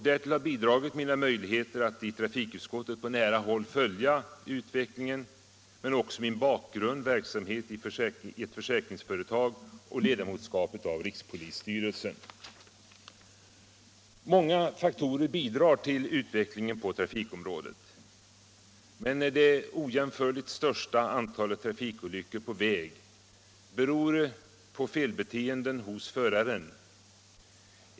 Därtill har bidragit mina möjligheter i trafikutskottet att på nära håll följa utvecklingen men också min bakgrund — verksamhet i ett försäkringsföretag och ledamotskap av rikspolisstyrelsen. Många faktorer bidrar till utvecklingen på trafikområdet. Men det ojämförligt största antalet trafikolyckor på väg beror på felbeteenden hos föraren.